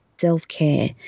self-care